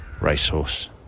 racehorse